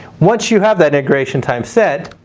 once you have that integration time set,